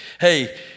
hey